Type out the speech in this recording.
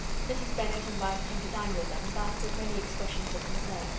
mrs. bennet invited him to dine with them but, with many expressions of concern,